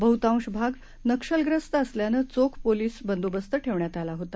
बह्तांशभागनक्षलग्रस्तअसल्यानंचोखपोलिसबंदोबस्तठेवण्यातआलाहोता